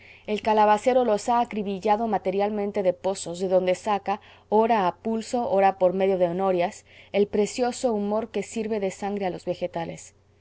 el calabacero los ha acribillado materialmente de pozos de donde saca ora a pulso ora por medio de norias el precioso humor que sirve de sangre a los vegetales